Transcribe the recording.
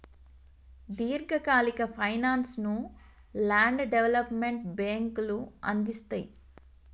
దీర్ఘకాలిక ఫైనాన్స్ ను land development బ్యేంకులు అందిస్తయ్